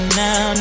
now